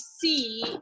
see